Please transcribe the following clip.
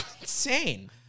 insane